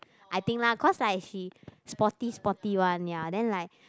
I think lah cause like she sporty sporty one ya then like